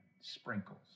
sprinkles